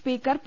speaker P